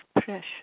precious